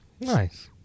Nice